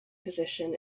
position